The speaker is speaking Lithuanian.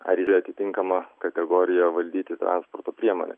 ar yra atitinkama kategorija valdyti transporto priemonę